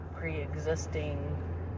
pre-existing